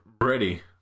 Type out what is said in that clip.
ready